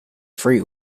free